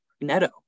Neto